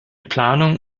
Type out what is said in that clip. planung